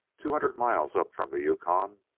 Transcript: two hundred miles up from the yukon,